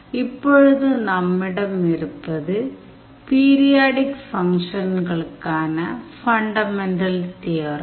இப்பொழுது நம்மிடம் இருப்பது பீரியாடிக் ஃபங்க்ஷன்களுக்கான ஃபண்டமென்டல் தியோரம்